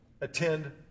attend